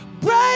break